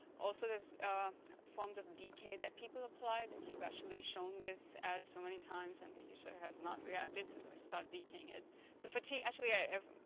also this forms of dk that people apply that you've actually shown this ad so many times and the user has not reacted it and so start decaying it so fatigue actually i have.